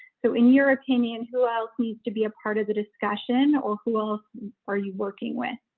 so in your opinion, who else needs to be a part of the discussion, or who else are you working with?